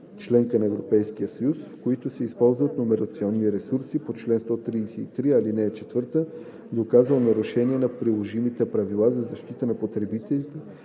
членка на Европейския съюз, в която се използват номерационни ресурси по чл. 133, ал. 4, доказал нарушение на приложимите правила за защита на потребителите